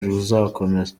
ruzakomeza